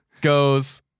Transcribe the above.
Goes